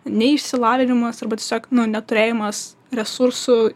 neišsilavinimas arba tiesiog neturėjimas resursų